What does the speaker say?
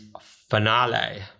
finale